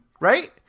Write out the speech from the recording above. right